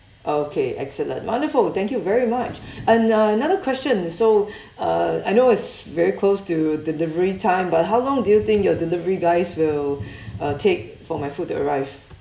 okay excellent wonderful thank you very much and uh another question so uh I know is very close to delivery time but how long do you think your delivery guys will uh take for my food to arrive